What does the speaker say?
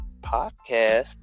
podcast